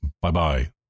Bye-bye